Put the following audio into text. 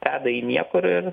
veda į niekur ir